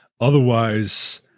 Otherwise